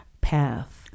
path